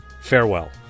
farewell